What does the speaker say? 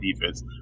defense